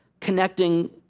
connecting